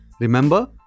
Remember